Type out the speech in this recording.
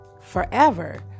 forever